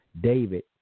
David